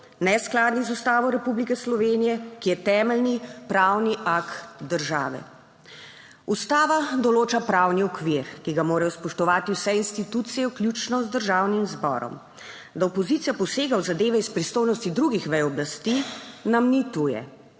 neskladni z Ustavo Republike Slovenije, ki je temeljni pravni akt države. Ustava določa pravni okvir, ki ga morajo spoštovati vse institucije, vključno z Državnim zborom. Da opozicija posega v zadeve iz pristojnosti drugih vej oblasti, nam ni tuje.